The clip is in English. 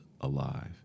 alive